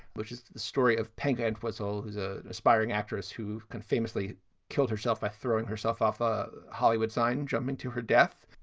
which is the story of penkin was all who's a aspiring actress who can famously killed herself by throwing herself off a hollywood sign jump into her death.